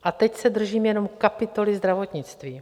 A teď se držím jenom kapitoly zdravotnictví.